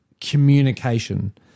communication